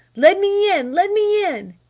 let me in! let me in!